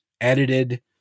edited